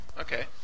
Okay